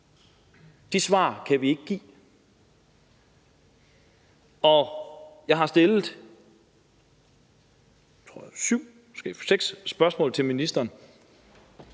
De svar kan vi ikke give. Jeg har stillet seks spørgsmål til ministeren,